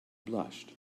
blushed